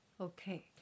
Okay